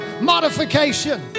modification